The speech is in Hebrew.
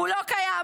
הוא לא קיים,